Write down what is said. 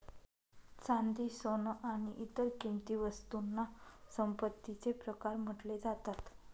चांदी, सोन आणि इतर किंमती वस्तूंना संपत्तीचे प्रकार म्हटले जातात